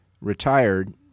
retired